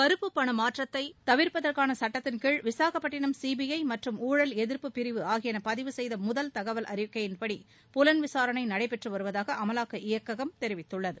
கருப்பு பண மாற்றத்தை தவிர்ப்பதற்கான சட்டத்தின் கீழ் விசாகப்பட்டிணம் சிபிஐ மற்றும் ஊழல் எதிர்ப்பு பிரிவு ஆகியன பதிவு செய்த முதல் தகவல் அறிக்கையின்படி புலன் விசாரணை நடைபெற்று வருவதாக அமலாக்க இயக்ககம் தெரிவித்துள்ளது